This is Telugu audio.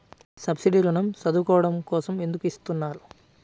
సబ్సీడీ ఋణం చదువుకోవడం కోసం ఎందుకు ఇస్తున్నారు?